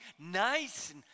nice